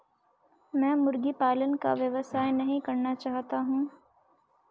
मैं मुर्गी पालन का व्यवसाय नहीं करना चाहता हूँ